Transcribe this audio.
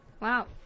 Wow